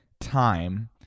time